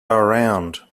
around